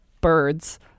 birds